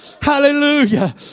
Hallelujah